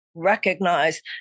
recognize